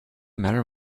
matter